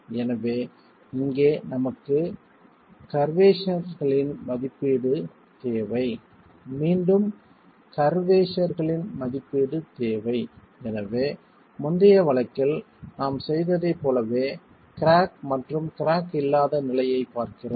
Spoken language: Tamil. எனவே இங்கே நமக்கு கர்வ்வேஷர்களின் மதிப்பீடு தேவை மீண்டும் கர்வ்வேஷர்களின் மதிப்பீடு தேவை எனவே முந்தைய வழக்கில் நாம் செய்ததைப் போலவே கிராக் மற்றும் கிராக் இல்லாத நிலையைப் பார்க்கிறோம்